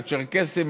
הצ'רקסים,